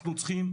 אנחנו צריכים,